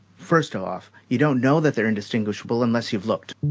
first off, you don't know that they're indistinguishable unless you've looked.